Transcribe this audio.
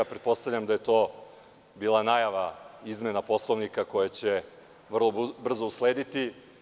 Pretpostavljam da je to bila najava izmena Poslovnika koja će vrlo brzo uslediti.